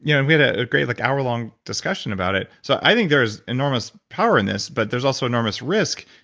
yeah and we had a great like hour-long discussion about it. so i think there's enormous power in this, but there's also enormous risk.